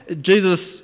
Jesus